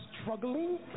struggling